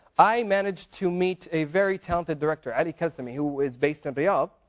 i managed to meet a very talented director, ali kalzmi, who is based in riyadh,